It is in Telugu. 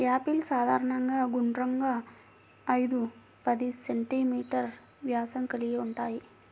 యాపిల్స్ సాధారణంగా గుండ్రంగా, ఐదు పది సెం.మీ వ్యాసం కలిగి ఉంటాయి